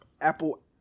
apple